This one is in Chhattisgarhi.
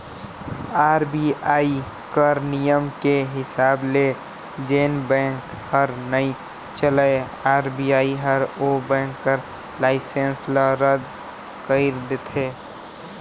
आर.बी.आई कर नियम के हिसाब ले जेन बेंक हर नइ चलय आर.बी.आई हर ओ बेंक कर लाइसेंस ल रद कइर देथे